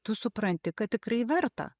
tu supranti kad tikrai verta